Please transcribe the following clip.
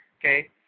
Okay